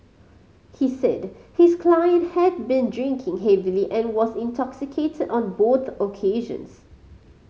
he said his client had been drinking heavily and was intoxicated on both occasions